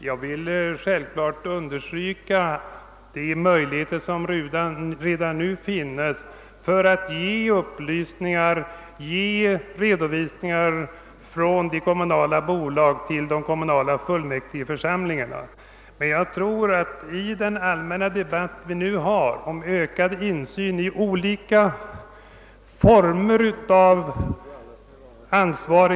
Herr talman! Givetvis kan de kommunala fullmäktigeförsamlingarna redan nu få upplysningar och redovisningar från de kommunala bolagen. Men i den allmänna debatt som förs om ökad insyn i företagsamheten är det nödvändigt att mycket snabbt finna vägar för en mer öppen redovisning och insyn i den ökande kommunala bolagsoch stiftelseverksamheten.